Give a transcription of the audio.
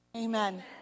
Amen